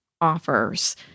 offers